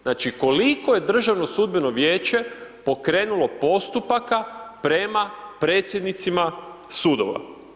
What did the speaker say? Znači, koliko je Državno sudbeno vijeće pokrenulo postupaka prema predsjednicima sudova?